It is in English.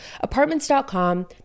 Apartments.com